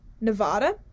Nevada